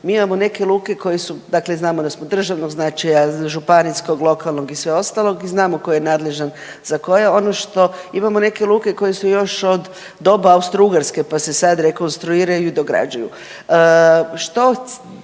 Mi imamo neke luke koje su, dakle znamo da smo državnog značaja, županijskog, lokalnog i sve ostalog i znamo tko je nadležan za koje. Ono što imamo neke luke koje su još od doba Austro-Ugarske, pa se sad rekonstruiraju i dograđuju.